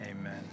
amen